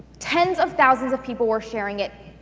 tens of thousands of people were sharing it,